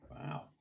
Wow